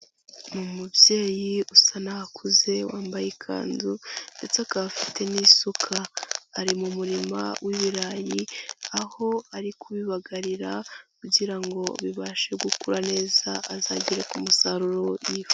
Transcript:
Ni umubyeyi usa naho akuze wambaye ikanzu ndetse akaba afite n'isuka. Ari mu murima w'ibirayi, aho ari kubibagarira kugira ngo bibashe gukura neza, azagere ku musaruro yifuza.